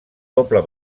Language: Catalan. doble